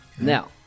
Now